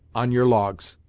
on your logs.